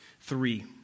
Three